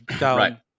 Right